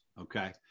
Okay